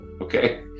Okay